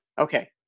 Okay